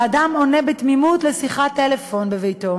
שבה אדם עונה בתמימות לשיחת טלפון בביתו,